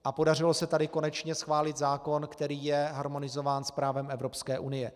A podařilo se konečně schválit zákon, který je harmonizován s právem Evropské unie.